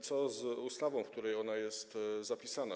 Co z ustawą, w której ona jest zapisana?